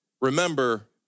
remember